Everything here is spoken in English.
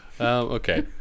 Okay